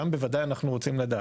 שם בוודאי אנחנו רוצים לדעת.